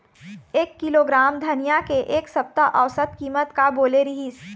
एक किलोग्राम धनिया के एक सप्ता औसत कीमत का बोले रीहिस?